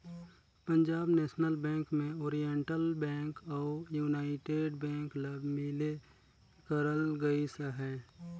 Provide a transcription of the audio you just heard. Punjab national bank में oriental bank अउ united bank ल बिले करल गइस अहे